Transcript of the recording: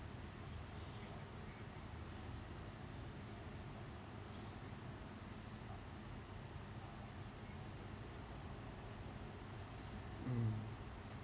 mm